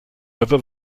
river